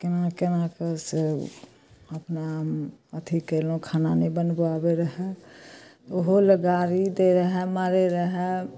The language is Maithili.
केना केना कऽ से अपना अथी कयलहुँ खाना नहि बनबय आबय रहय ओहो लए गारि दै रहय मारय रहय